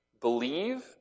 believe